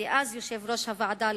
אז יושב-ראש ועדת חוקה,